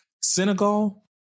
Senegal